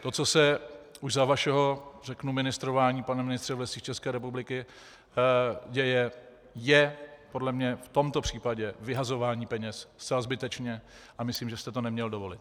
To, co se už za vašeho ministrování, pane ministře, v Lesích České republiky děje, je podle mne v tomto případě vyhazování peněz zcela zbytečně, a myslím, že jste to neměl dovolit.